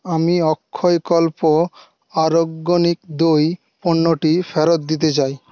আমি অক্ষয়কল্প আরগ্যনিক দই পণ্যটি ফেরত দিতে চাই